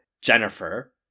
Jennifer